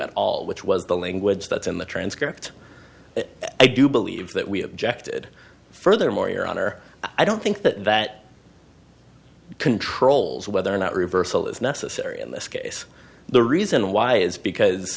at all which was the language that's in the transcript that i do believe that we objected furthermore your honor i don't think that that controls whether or not reversal is necessary in this case the reason why is because